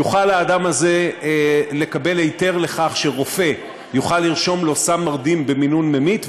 יוכל האדם הזה לקבל היתר לכך שרופא יוכל לרשום לו סם מרדים במינון ממית,